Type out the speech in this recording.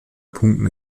punkten